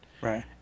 Right